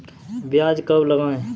प्याज कब लगाएँ?